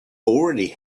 already